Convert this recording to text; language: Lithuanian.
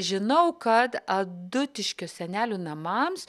žinau kad adutiškio senelių namams